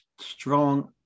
strong